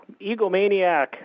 egomaniac